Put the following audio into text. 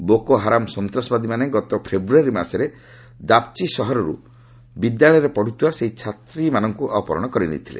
Boko Haram ସନ୍ତାସବାଦୀମାନେ ଗତ ଫେବୃୟାରୀ ମାସରେ ଦାପ୍ଚୀ ସହରରୁ ବିଦ୍ୟାଳୟରେ ପଢ଼ୁଥିବା ସେହି ଛାତ୍ରୀମାନଙ୍କୁ ଅପହରଣ କରିନେଇଥିଲେ